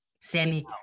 Sammy